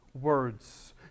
words